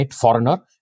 Foreigner